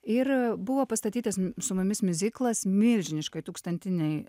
ir a buvo pastatytas su mumis miuziklas milžiniškoj tūkstantinėj